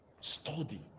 Study